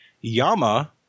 Yama